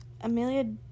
Amelia